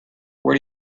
where